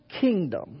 kingdom